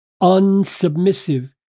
unsubmissive